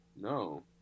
No